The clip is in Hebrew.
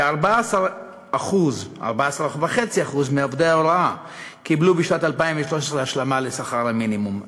כ-14.5% מעובדי ההוראה קיבלו בשנת 2013 השלמה לשכר המינימום,